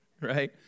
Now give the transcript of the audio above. right